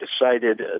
decided